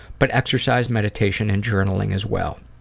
but exercise, meditation and journaling as well.